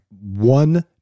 one